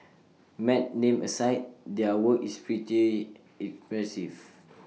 mad name aside their work is pretty impressive